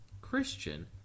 Christian